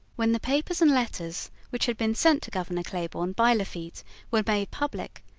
when the papers and letters which had been sent to governor claiborne by lafitte were made public,